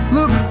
Look